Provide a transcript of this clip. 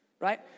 Right